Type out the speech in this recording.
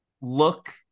look